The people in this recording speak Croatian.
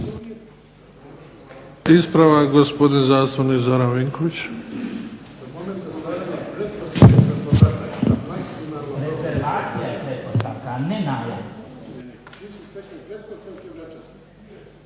Ispravak gospodin zastupnik Stjepan Milinković.